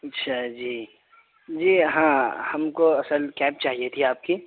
اچھا جی جی ہاں ہم کو اصل کیب چاہیے تھی آپ کی